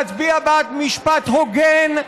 להצביע בעד משפט הוגן,